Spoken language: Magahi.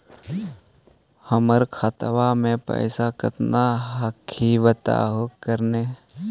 हमर खतवा में पैसा कितना हकाई बताहो करने?